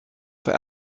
for